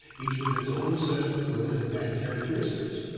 each with its own set of good and bad characteristics.